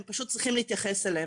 הם פשוט צריכים להתייחס אליהם.